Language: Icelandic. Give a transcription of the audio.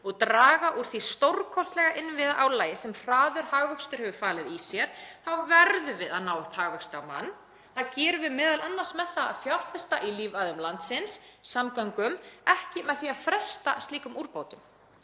og draga úr því stórkostlega innviðaálagi sem hraður hagvöxtur hefur falið í sér þá verðum við að ná upp hagvexti á mann. Það gerum við m.a. með því að fjárfesta í lífæðum landsins, samgöngum, ekki með því að fresta slíkum úrbótum.